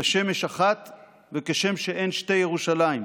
כשמש אחת וכשם שאין שתי ירושלים",